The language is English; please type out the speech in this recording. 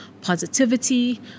positivity